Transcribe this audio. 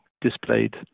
displayed